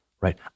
right